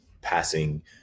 passing